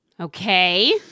Okay